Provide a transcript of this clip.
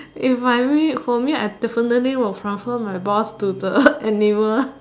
if my may for me I definitely will transfer my boss to the animal